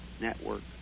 network